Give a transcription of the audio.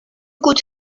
could